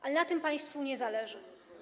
Ale na tym państwu nie zależy.